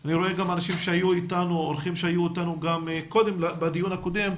אני רואה גם אורחים שהיו איתנו בדיון הקודם,